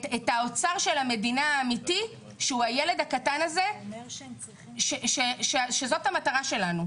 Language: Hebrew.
את האוצר של המדינה שהוא הילד הקטן הזה וזאת המטרה שלנו.